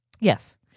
Yes